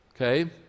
okay